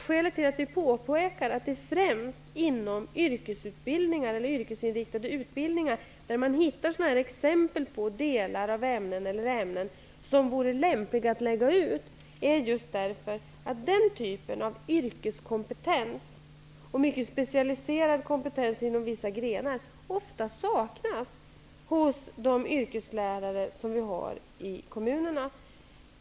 Skälet till att vi påpekar att det främst är inom yrkesutbildningar eller yrkesinriktade utbildningar som man hittar exempel på ämnen som vore lämpliga att lägga ut på entreprenad är just att yrkeskompetens och mycket specialiserad kompetens inom vissa grenar ofta saknas hos yrkeslärarna i kommunerna.